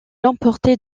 emportait